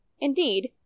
indeed